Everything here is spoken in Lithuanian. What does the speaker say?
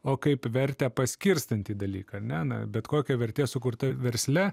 o kaip vertę paskirstantį dalyką ar ne na bet kokia vertė sukurta versle